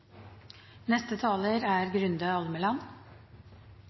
neste talar då er